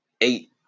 eight